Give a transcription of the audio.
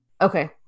Okay